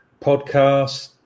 podcast